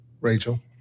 Rachel